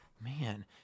Man